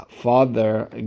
father